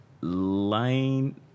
Lane